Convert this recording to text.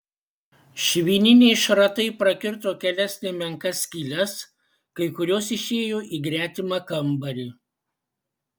švininiai šratai prakirto kelias nemenkas skyles kai kurios išėjo į gretimą kambarį